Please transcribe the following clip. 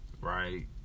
Right